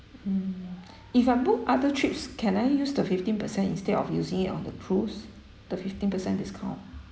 mm if I book other trips can I use the fifteen percent instead of using it on the cruise the fifteen percent discount